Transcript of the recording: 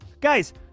Guys